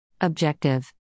Objective